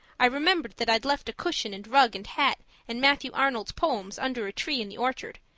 i remembered that i'd left a cushion and rug and hat and matthew arnold's poems under a tree in the orchard,